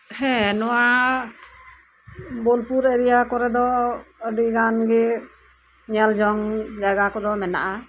ᱦᱮᱸ ᱱᱚᱣᱟ ᱵᱳᱞᱯᱩᱨ ᱮᱨᱤᱭᱟ ᱠᱚᱨᱮ ᱫᱚ ᱟᱰᱤ ᱜᱟᱱ ᱜᱮ ᱧᱮᱞ ᱡᱚᱝ ᱡᱟᱭᱜᱟ ᱠᱚᱫᱚ ᱢᱮᱱᱟᱜᱼᱟ